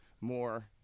more